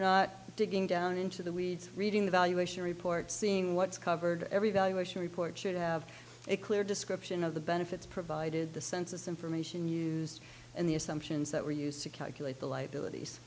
not digging down into the weeds reading the valuation report seeing what's covered every valuation report should have a clear description of the benefits provided the census information used and the assumptions that were used to calculate the li